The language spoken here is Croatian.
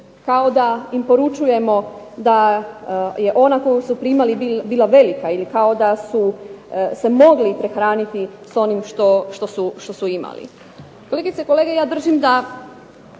kao da im poručujemo da je ona koju su primali bila velika ili kao da su se mogli prehraniti s onim što su imali. Kolegice i kolege, ja držim da